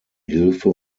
hilfe